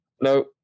no